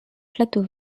plateau